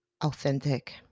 authentic